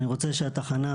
אני רוצה שהתחנה,